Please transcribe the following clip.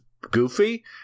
goofy